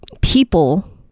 people